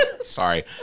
Sorry